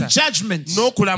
judgment